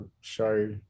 show